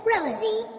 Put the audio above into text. Rosie